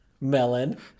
Melon